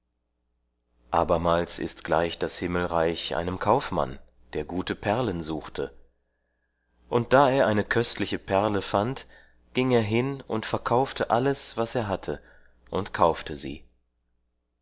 abermals ist gleich das himmelreich einem kaufmann der gute perlen suchte und da er eine köstliche perle fand ging er hin und verkaufte alles was er hatte und kaufte sie